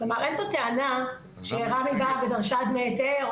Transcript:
אין כאן טענה שרמ"י באה ודרשה דמי היתר.